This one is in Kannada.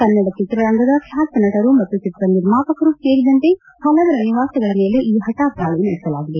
ಕನ್ನಡ ಚಿತ್ರರಂಗದ ಖ್ಯಾತ ನಟರು ಮತ್ತು ಚಿತ್ರ ನಿರ್ಮಾಪಕರೂ ಸೇರಿದಂತೆ ಹಲವರ ನಿವಾಸಗಳ ಮೇಲೆ ಈ ಹಠಾತ್ ದಾಳಿ ನಡೆಸಲಾಗಿದೆ